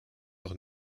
doch